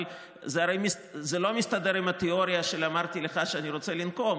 אבל זה לא מסתדר עם התיאוריה של: אמרתי לך שאני רוצה לנקום.